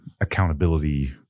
accountability